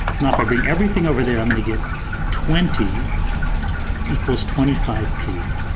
now if i bring everything over there i'm gonna get twenty equals twenty five p.